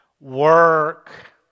work